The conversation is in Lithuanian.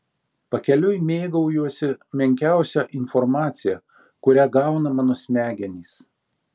pakeliui mėgaujuosi menkiausia informacija kurią gauna mano smegenys